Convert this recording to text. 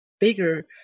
bigger